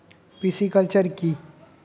Pisciculture কি?